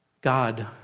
God